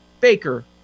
Baker